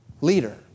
leader